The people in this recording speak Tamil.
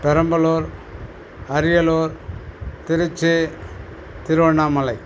பெரம்பலூர் அரியலூர் திருச்சி திருவண்ணாமலை